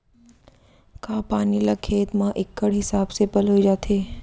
का पानी ला खेत म इक्कड़ हिसाब से पलोय जाथे?